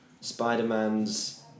Spider-Man's